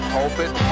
Pulpit